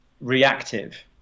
reactive